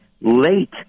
late